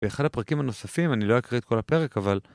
באחד הפרקים הנוספים, אני לא אקריא את כל הפרק, אבל...